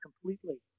completely